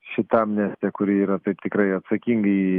šita amnestija kuri yra taip tikrai atsakingai